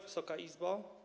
Wysoka Izbo!